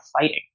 fighting